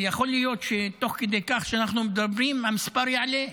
ויכול להיות שתוך כדי כך שאנחנו מדברים המספר יעלה.